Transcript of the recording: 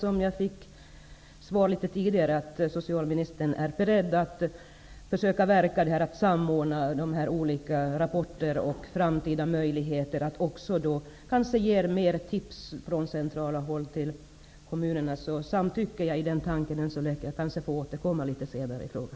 Socialministern sade tidigare att han var beredd att medverka till att samordna de olika rapporterna, se på de framtida möjligheterna och kanske också ge tips från centralt håll till kommunerna. Jag tycker att det är bra. Jag kanske får återkomma litet senare i frågan.